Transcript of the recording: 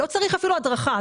לא צריך אפילו הדרכה.